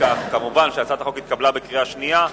החוק התקבלה בקריאה שנייה.